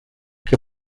que